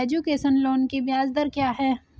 Education loan की ब्याज दर क्या है?